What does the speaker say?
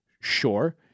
Sure